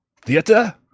theater